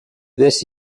this